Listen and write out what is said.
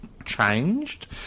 Changed